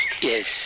Yes